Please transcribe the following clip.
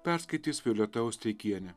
perskaitys violeta osteikienė